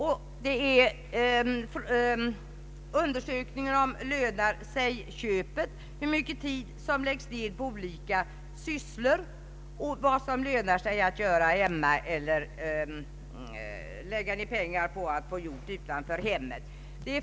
Vidare är det undersökningen ”Lönar sig köpet?” som handlar om hur mycket tid som läggs ned på olika sysslor och om vad som lönar sig att göra hemma eller lägga ned pengar på att få gjort utanför hemmet.